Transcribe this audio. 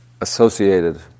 associated